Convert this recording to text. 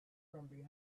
beautiful